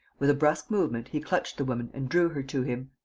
with a brusque movement he clutched the woman and drew her to him.